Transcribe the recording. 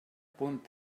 punt